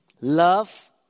love